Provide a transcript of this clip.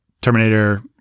Terminator